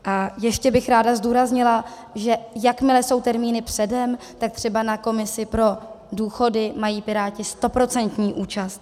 A ještě bych ráda zdůraznila, že jakmile jsou termíny předem, tak třeba na komisi pro důchody mají Piráti stoprocentní účast.